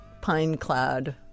pine-clad